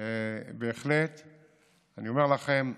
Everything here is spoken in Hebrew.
בהחלט אני אומר לכם: